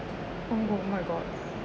oh my god